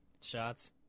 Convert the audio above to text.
Shots